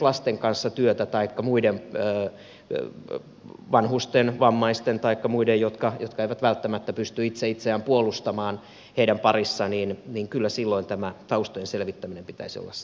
kun teet työtä lasten kanssa taikka vanhusten vammaisten taikka muiden jotka eivät välttämättä pysty itse itseään puolustamaan niin kyllä silloin taustojen selvittämisen pitäisi olla itsestään selvää